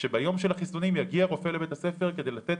שביום של החיסונים יגיע רופא לבית הספר כדי לתת